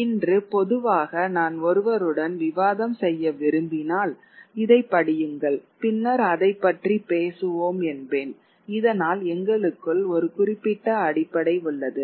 இன்று பொதுவாக நான் ஒருவருடன் விவாதம் செய்ய விரும்பினால் இதைப் படியுங்கள் பின்னர் அதைப் பற்றி பேசுவோம் என்பேன் இதனால் எங்களுக்குள் ஒரு குறிப்பிட்ட அடிப்படை உள்ளது